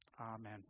Amen